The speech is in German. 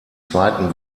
zweiten